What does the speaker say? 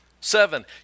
Seven